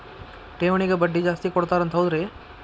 ಠೇವಣಿಗ ಬಡ್ಡಿ ಜಾಸ್ತಿ ಕೊಡ್ತಾರಂತ ಹೌದ್ರಿ?